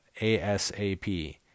ASAP